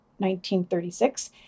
1936